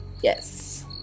Yes